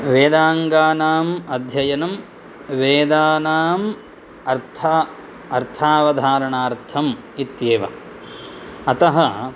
वेदाङ्गानाम् अध्ययनं वेदानाम् अर्थावधारणार्थम् इत्येव अतः